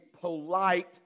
polite